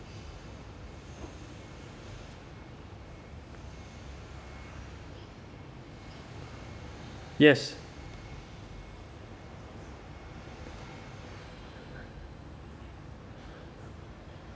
yes